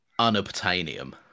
Unobtainium